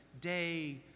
day